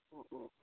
অঁ অঁ